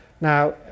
Now